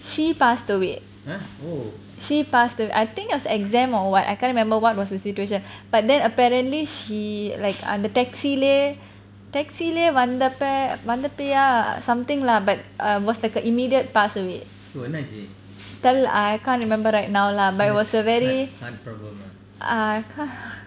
she passed away she passed a~ I think it was exam or what I can't remember what was the situation but then apparently she like அந்த:antha taxi leh taxi leh வந்தப்போ வந்தபயா:vanthapo vanthapaya ya something lah but err what's that called immediate passed away tell I can't remember right now lah but it was a very ah